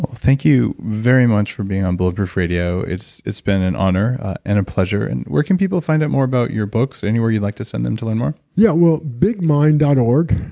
thank you very much for being on bulletproof radio. it's it's been an honor and a pleasure. and where can people find out more about your books? anywhere you'd like to send them to learn more? yeah, well bigmind dot org.